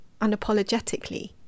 unapologetically